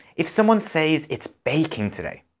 if someone says it's baking today,